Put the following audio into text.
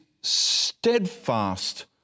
steadfast